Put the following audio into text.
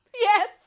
Yes